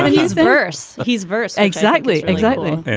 his verse he's verse. exactly. exactly